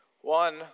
One